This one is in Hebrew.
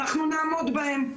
אנחנו נעמוד בהם.